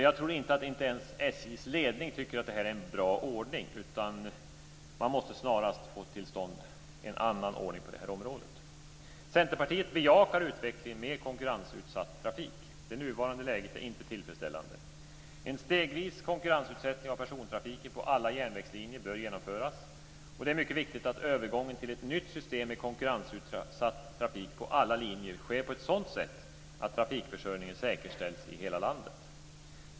Jag tror inte att ens SJ:s ledning tycker att detta är en bra ordning, utan man måste snarast få till stånd en annan ordning på detta område. Centerpartiet bejakar utvecklingen med konkurrensutsatt trafik. Det nuvarande läget är inte tillfredsställande. En stegvis konkurrensutsättning av persontrafiken på alla järnvägslinjer bör genomföras. Och det är mycket viktigt att övergången till ett nytt system med konkurrensutsatt trafik på alla linjer sker på ett sådant sätt att trafikförsörjningen säkerställs i hela landet.